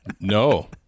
No